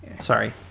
Sorry